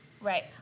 Right